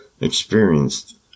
experienced